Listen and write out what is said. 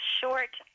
short